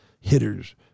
hitters